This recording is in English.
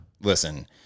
listen